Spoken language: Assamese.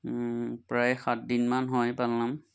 প্ৰায় সাতদিনমান হয় পালনাম